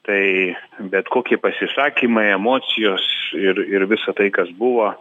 tai bet kokie pasisakymai emocijos ir ir visa tai kas buvo